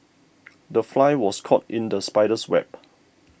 the fly was caught in the spider's web